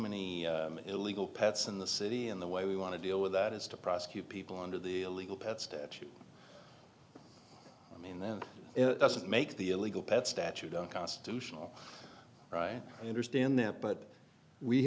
many illegal pets in the city and the way we want to deal with that is to prosecute people under the illegal pet statute i mean that doesn't make the illegal pet statute a constitutional right i understand that but we